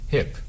Hip